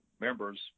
members